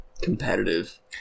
Competitive